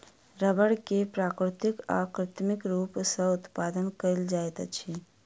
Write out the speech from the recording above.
रबड़ के प्राकृतिक आ कृत्रिम रूप सॅ उत्पादन कयल जाइत अछि